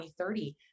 2030